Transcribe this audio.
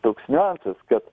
toks niuansas kad